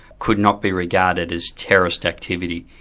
could not be regarded as terrorist activity.